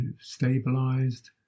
stabilized